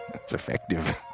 it's effective.